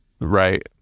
Right